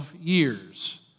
years